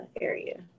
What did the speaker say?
area